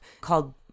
called